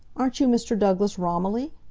aren't you mr. douglas romilly?